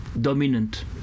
dominant